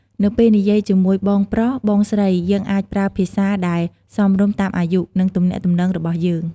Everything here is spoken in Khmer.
នៅពេលនិយាយជាមួយ បងប្រុស បងស្រី យើងអាចប្រើភាសាដែលសមរម្យតាមអាយុ និងទំនាក់ទំនងរបស់យើង។